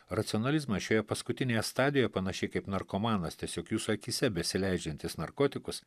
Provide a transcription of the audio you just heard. racionalizmas šioje paskutinėje stadijoje panašiai kaip narkomanas tiesiog jūsų akyse besileidžiantis narkotikus